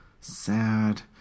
Sad